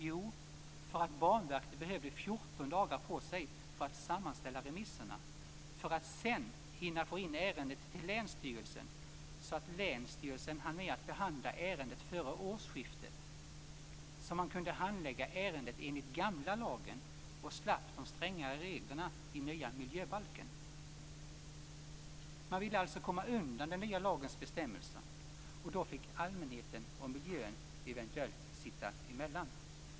Jo, därför att Banverket behövde 14 dagar för att sammanställa remisserna för att sedan hinna få in ärendet till länsstyrelsen, så att länsstyrelsen skulle hinna behandla ärendet före årsskiftet. Då kunde man handlägga ärendet enligt den gamla lagen och slapp följa de strängare reglerna i den nya miljöbalken. Man ville alltså komma undan från den nya lagens bestämmelser, och då fick allmänheten och miljön eventuellt sitta emellan.